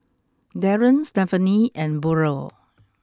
Darren Stefanie and Burrell